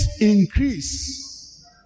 increase